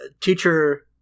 teacher